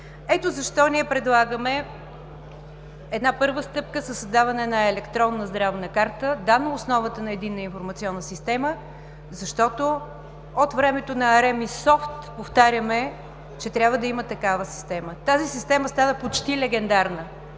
Ето защо ние предлагаме една първа стъпка за създаване на електронна здравна карта, да – на основата на единна информационна система, защото от времето на „Аремис софт“ повтаряме, че трябва да има такава система. Тази система стана почти легендарна.